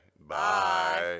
Bye